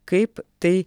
kaip tai